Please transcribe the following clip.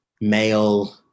male